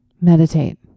meditate